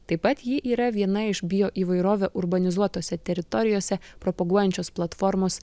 taip pat ji yra viena iš bioįvairovę urbanizuotose teritorijose propaguojančios platformos